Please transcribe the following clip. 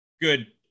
good